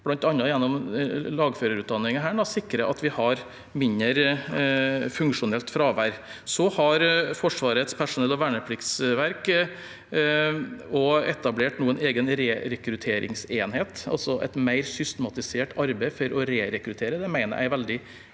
bl.a. gjennom lagførerutdanningen i Hæren, sikrer at vi har mindre funksjonelt fravær. Så har Forsvarets personell- og vernepliktssenter også etablert en egen rerekrutteringsenhet, altså et mer systematisert arbeid for å rerekruttere.